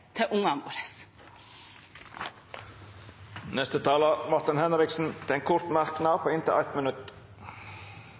til ungene våre. Representanten Martin Henriksen har hatt ordet to gonger tidlegare og får ordet til ein kort merknad,